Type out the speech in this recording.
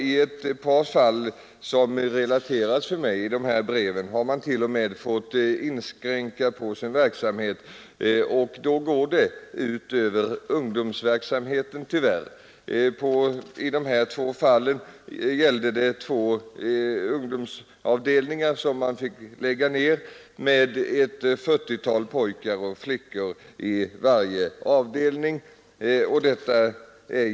I ett par fall som relaterats för mig i dessa brev har man t.o.m. fått lägga ned arbetet, och det går tyvärr ut över ungdomsverksamheten. I de två fallen gällde det ett par ungdomsavdelningar med ett 40-tal pojkar och flickor i varje som fått lägga ned verksamheten.